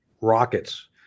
rockets